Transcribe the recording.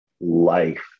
life